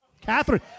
Catherine